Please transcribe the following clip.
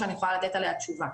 שאני יכולה לתת עליה תשובה.